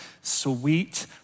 sweet